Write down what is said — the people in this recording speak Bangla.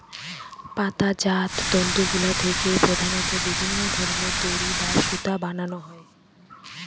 পাতাজাত তন্তুগুলা থেকে প্রধানত বিভিন্ন ধরনের দড়ি বা সুতা বানানো হয়